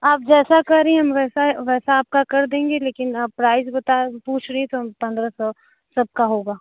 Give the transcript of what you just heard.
आप जैसा कह रहीं हम वैसा वैसा आपका कर देंगे लेकिन प्राइज बता पूछ रही हैं तो हम पंद्रह सौ सबका होगा